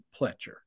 Pletcher